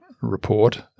report